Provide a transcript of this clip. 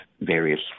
various